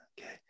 okay